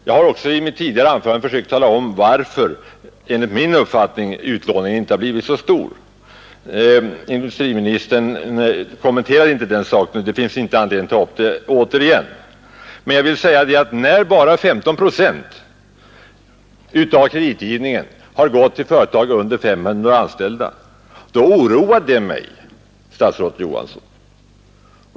Jag har också i mitt tidigare anförande försökt tala om, varför enligt min uppfattning utlåningen inte har blivit så stor. Industriministern kommenterar inte den saken, och det finns inte anledning att ta upp den återigen. Men när bara 15 procent av kreditgivningen har gått till företag med under 500 anställda, då oroar det mig, statsrådet Johansson.